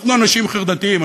אנחנו אנשים חרדתיים,